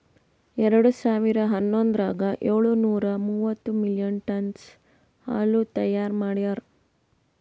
ಎರಡು ಸಾವಿರಾ ಹನ್ನೊಂದರಾಗ ಏಳು ನೂರಾ ಮೂವತ್ತು ಮಿಲಿಯನ್ ಟನ್ನ್ಸ್ ಹಾಲು ತೈಯಾರ್ ಮಾಡ್ಯಾರ್